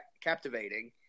captivating